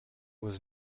was